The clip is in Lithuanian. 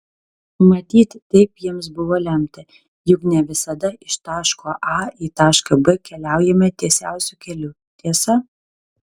matyt taip jiems buvo lemta juk ne visada iš taško a į tašką b keliaujame tiesiausiu keliu tiesa